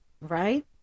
right